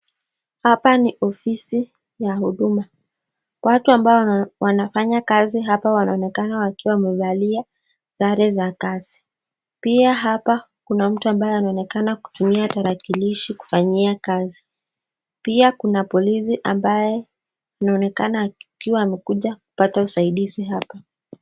Hapa ni ofisi ya huduma . Watu ambao wanafanya kazi hapa wanaonekana wakiwa wamevalia sare za kazi pia hapa kuna mtu ambaye anaonekana akitumia tarakilishi kufanyia kazi. Pia kuna polisi ambaye anaonekana akiwa amekuja kupata usaidizi hapa.